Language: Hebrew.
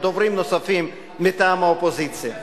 ודוברים נוספים מטעם האופוזיציה.